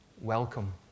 welcome